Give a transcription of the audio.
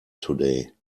today